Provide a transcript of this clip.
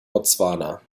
botswana